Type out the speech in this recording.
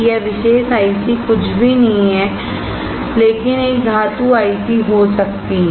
यह विशेष आईसी कुछ भी नहीं है लेकिन एक धातु आईसी हो सकती है